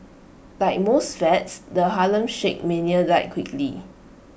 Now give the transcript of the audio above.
like most fads the Harlem shake mania died quickly